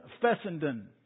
Fessenden